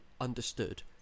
understood